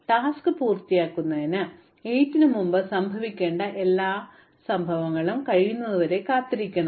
അതിനാൽ ജോലി പൂർത്തിയാക്കുന്നതിന് 8 ന് മുമ്പ് സംഭവിക്കേണ്ട എല്ലാത്തിനും ഞാൻ കാത്തിരിക്കണം